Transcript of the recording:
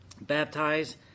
baptize